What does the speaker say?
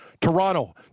toronto